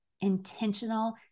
Intentional